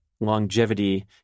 longevity